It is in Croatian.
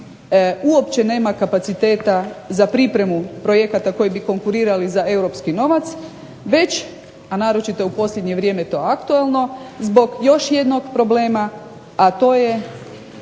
uopće nema kapaciteta za pripremu projekata koji bi konkurirali za europski novac već, a naročito je u posljednje vrijeme to aktualno, zbog još jednog problema a to je